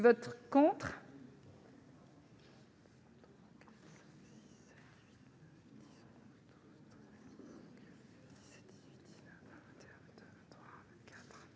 vote contre